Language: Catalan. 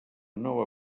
nova